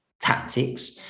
tactics